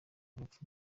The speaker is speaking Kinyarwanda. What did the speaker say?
rupfu